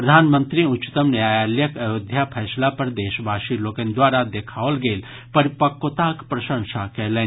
प्रधानमंत्री उच्चतम न्यायालयक अयोध्या फैसला पर देशवासी लोकनि द्वारा देखाओल गेल परिपक्वताक प्रशंसा कयलनि